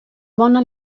bona